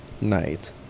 night